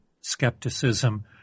skepticism